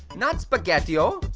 not spaghettio.